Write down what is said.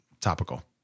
topical